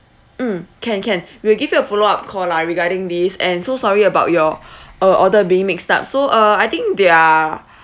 mm can can we will give you a follow up call lah regarding this and so sorry about your uh order being mixed up so uh I think they are